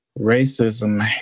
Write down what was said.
racism